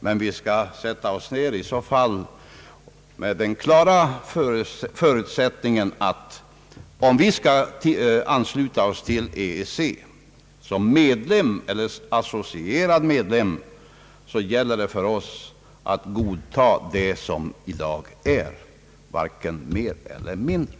Men då skall vi göra det med den klara förutsättningen att om vi skall ansluta oss till EEC, som medlem eller som associerad stat, gäller det för oss att godta det som i dag gäller, varken mer eller mindre.